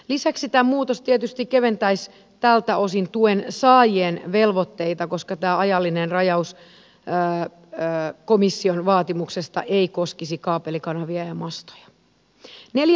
lisäksi tämä muutos tietysti keventäisi tältä osin tuen saajien velvoitteita koska tämä ajallinen rajaus komission vaatimuksesta ei koskisi kaapelikanavia ja mastoja